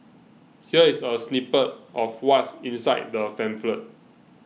here is a snippet of what's inside the pamphlet